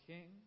King